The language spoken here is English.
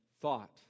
thought